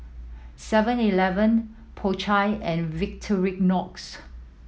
Seven Eleven Po Chai and Victorinox